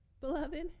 Beloved